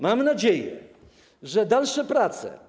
Mam nadzieję, że dalsze prace.